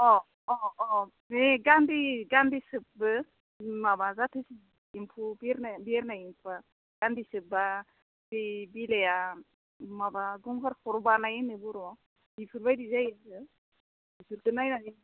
अ अ अ अ बे गान्दि गान्दि सोबो माबा जाथोसे एम्फौ बिरनाय बिरनाय एम्फौ आ गान्दि सोबबा बि बिलाइआ माबा गंगार खर' बानाय होनो बर'आव बिफोरबायदि जायो आरो बिसोरखो नायनानै